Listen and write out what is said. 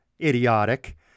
idiotic